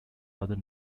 other